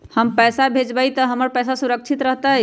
हम पैसा भेजबई तो हमर पैसा सुरक्षित रहतई?